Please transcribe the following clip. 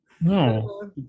no